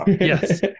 yes